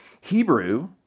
Hebrew